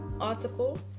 article